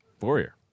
Warrior